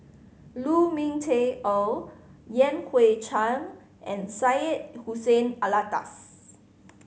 Lu Ming Teh Earl Yan Hui Chang and Syed Hussein Alatas